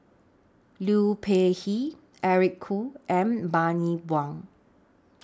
Liu Peihe Eric Khoo and Bani Buang